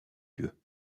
lieux